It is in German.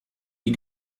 die